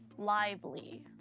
lively?